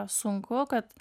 sunku kad